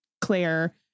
Claire